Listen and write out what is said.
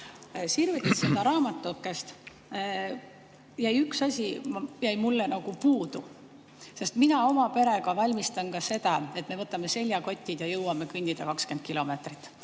Sirvides seda raamatukest, jäi üks asi minu jaoks nagu puudu, sest mina oma perega valmistun ka selleks, et me võtame seljakotid ja jõuame kõndida 20 kilomeetrit.